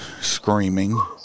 screaming